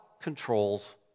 controls